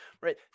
right